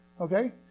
Okay